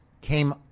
came